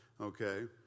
okay